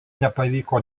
nepavyko